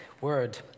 word